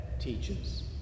teaches